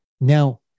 Now